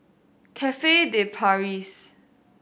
Cafe De Paris